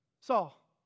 Saul